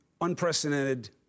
unprecedented